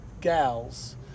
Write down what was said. gals